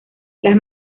las